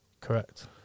Correct